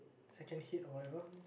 second head whatever